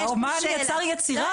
אמן יצר יצירה,